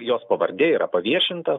jos pavardė yra paviešinta